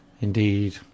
indeed